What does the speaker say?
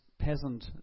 peasant